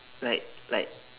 like like